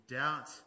doubt